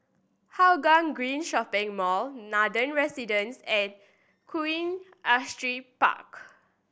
Hougang Green Shopping Mall Nathan Residences and Queen Astrid Park